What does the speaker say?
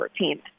14th